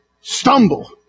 stumble